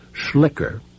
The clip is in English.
Schlicker